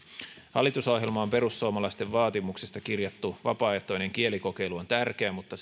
hallitusohjelmaan perussuomalaisten vaatimuksesta kirjattu vapaaehtoinen kielikokeilu on tärkeä mutta